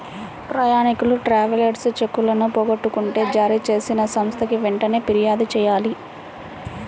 ప్రయాణీకులు ట్రావెలర్స్ చెక్కులను పోగొట్టుకుంటే జారీచేసిన సంస్థకి వెంటనే పిర్యాదు చెయ్యాలి